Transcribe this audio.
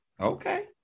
Okay